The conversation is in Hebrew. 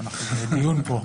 אנחנו בדיון פה.